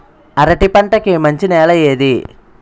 అరటి పంట కి మంచి నెల ఏది?